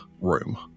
room